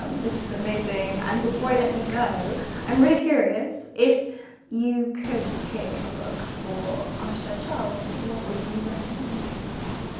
um this has been amazing. and before i let you go i'm really curious if you could pick a book for ah so yourself? what would you recommend? okay,